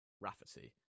Rafferty